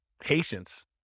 Patience